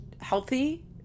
healthy